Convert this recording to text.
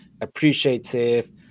appreciative